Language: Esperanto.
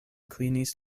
klinis